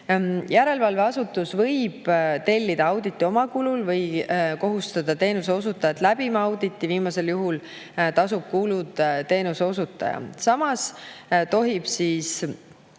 Järelevalveasutus võib tellida auditi oma kulul või kohustada teenuseosutajat läbima auditit. Viimasel juhul tasub kulud teenuseosutaja. Samas tohib ETKA,